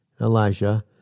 Elijah